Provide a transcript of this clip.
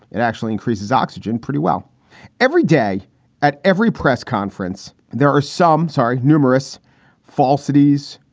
it actually increases oxygen pretty well every day at every press conference. there are some sorry, numerous falsities,